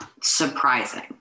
surprising